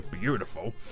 Beautiful